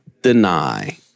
deny